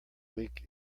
week